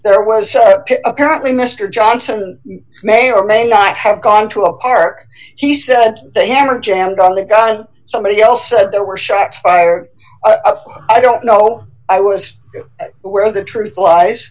there was apparently mr johnson may or may not have gone to a park he said they hammer jammed on the guy somebody else said there were shots fired i don't know i was where the truth lies